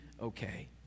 okay